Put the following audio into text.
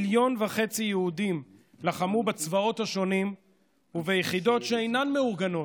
1.5 מיליון יהודים לחמו בצבאות השונים וביחידות שאינן מאורגנות,